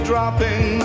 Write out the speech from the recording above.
Dropping